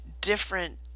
different